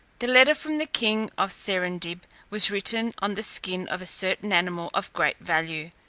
the letter from the king of serendib was written on the skin of a certain animal of great value,